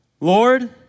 Lord